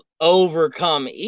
overcome